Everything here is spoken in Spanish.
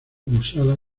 usada